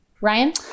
Ryan